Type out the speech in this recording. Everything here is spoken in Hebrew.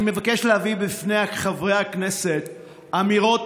אני מבקש להביא בפני חברי הכנסת אמירות